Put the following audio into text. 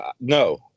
no